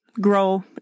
grow